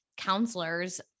counselors